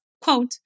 quote